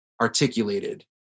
articulated